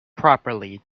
properly